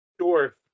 Sure